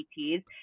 PTs